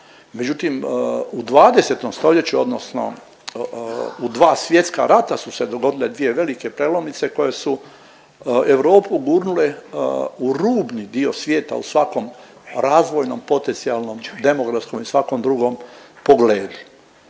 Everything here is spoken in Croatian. Međutim u 20. stoljeću odnosno u dva svjetska rata su se dogodile dvije velike prelomnice koje su Europu gurnule u rubni dio svijeta u svakom razvojnom potencijalnom demografskom i svakom drugom pogledu.